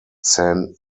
san